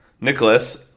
Nicholas